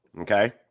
Okay